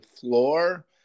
floor